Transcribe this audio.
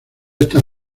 estas